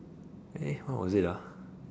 eh what was it ah